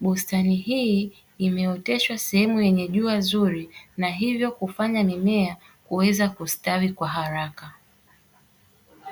Bustani hii imeoteshwa sehemu yenye jua zuri na hivyo kufanya mimea kuweza kustawi kwa haraka.